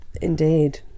Indeed